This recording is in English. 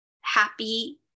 happy